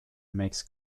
makes